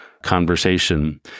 conversation